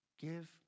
give